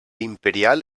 imperial